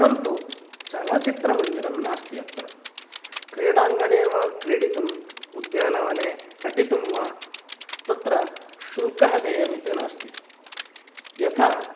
परन्तु चलचित्रमन्दिरं नास्ति अत्र क्रीडाङ्गणे वा क्रीडितुम् उद्यानवने अटितुं वा तत्र शुल्क देयम् इति नास्ति यथा